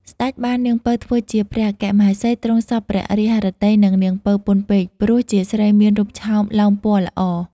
សេ្តចបាននាងពៅ ធ្វើជាព្រះអគ្គមហេសី ទ្រង់សព្វព្រះរាជហឫទ័យនឹង នាង ពៅ ពន់ពេក ព្រោះជាស្រីមានរូបឆោមលោមពណ៌‌ល្អ។